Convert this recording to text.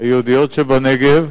היהודיות שבנגב,